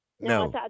No